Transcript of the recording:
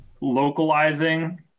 localizing